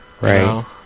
Right